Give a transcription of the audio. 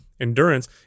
endurance